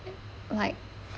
like uh